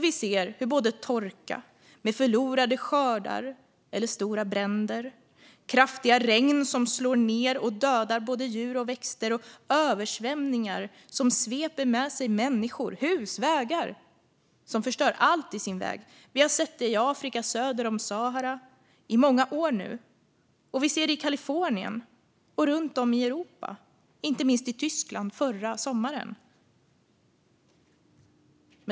Vi ser torka med förlorade skördar eller stora bränder som följd, kraftiga regn som slår ned och dödar både djur och växter samt översvämningar som sveper med sig människor, hus, vägar och förstör allt i sin väg. Vi har sett det i Afrika söder om Sahara i många år nu. Och vi ser det i Kalifornien och runt om i Europa, inte minst i Tyskland förra sommaren.